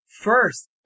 first